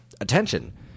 attention